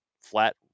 flat